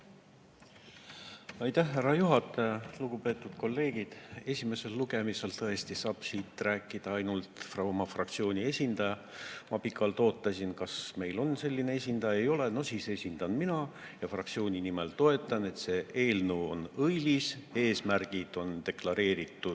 Aitäh, härra juhataja! Lugupeetud kolleegid! Esimesel lugemisel saab siin tõesti rääkida ainult oma fraktsiooni esindaja. Ma pikalt ootasin, kas meil on selline esindaja. Ei ole. No siis esindan mina ja fraktsiooni nimel toetan eelnõu. See eelnõu on õilis, eesmärgid on deklareeritud